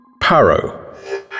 PARO